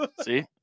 see